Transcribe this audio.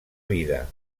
vida